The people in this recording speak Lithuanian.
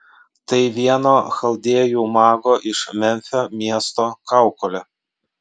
tai vieno chaldėjų mago iš memfio miesto kaukolė